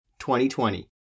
2020